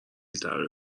تغییر